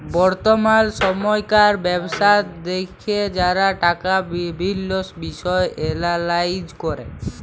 বর্তমাল সময়কার ব্যবস্থা দ্যাখে যারা টাকার বিভিল্ল্য বিষয় এলালাইজ ক্যরে